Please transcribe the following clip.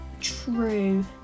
True